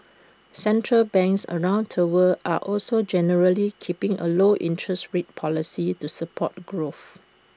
central banks around the world are also generally keeping A low interest rate policy to support growth